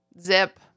zip